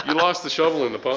and lost the shovel in the pond.